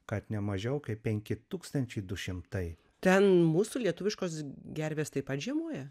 kad nemažiau kaip penki tūkstančiai du šimtai ten mūsų lietuviškos gervės taip pat žiemoja